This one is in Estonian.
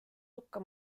hukka